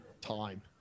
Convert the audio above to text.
time